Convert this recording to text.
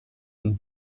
und